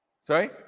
Sorry